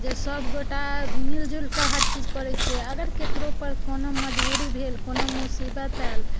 जे सभ गोटाए मिलि जुलि कऽ हर चीज करैत छियै अगर ककरोपर कोनो मजबूरी भेल कोनो मुसीबत आयल